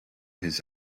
his